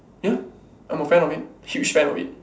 ya I'm a fan of it huge fan of it